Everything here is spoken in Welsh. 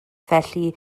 felly